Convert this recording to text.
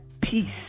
peace